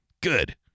good